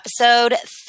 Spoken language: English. episode